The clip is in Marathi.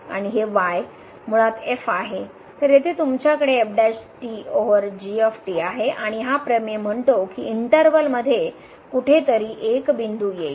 आणि हे y मुळात f आहे तर येथे तुमच्याकडे f ओवर g आहे आणि हा प्रमेय म्हणतो की इंटर्वल मध्ये कुठेतरी एक बिंदू येईल